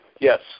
Yes